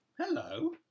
Hello